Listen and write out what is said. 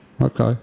Okay